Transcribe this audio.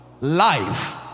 Life